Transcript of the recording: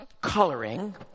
coloring